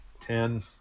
Ten